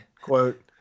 quote